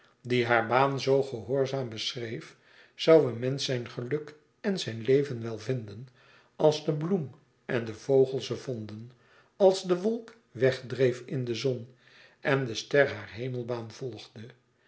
die haar baan zoo gehoorzaam beschreef zoû een mensch zijn geluk en zijn leven wel vinden als de bloem en de vogel ze vonden als de wolk weg dreef in de zon en de ster haar hemelbaan volgde